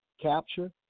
capture